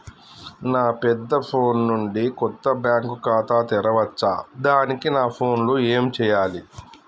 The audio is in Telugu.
నా పెద్ద ఫోన్ నుండి కొత్త బ్యాంక్ ఖాతా తెరవచ్చా? దానికి నా ఫోన్ లో ఏం చేయాలి?